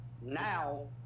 Now